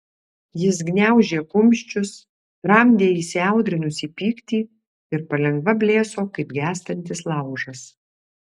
jis gniaužė kumščius tramdė įsiaudrinusį pyktį ir palengva blėso kaip gęstantis laužas